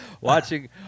Watching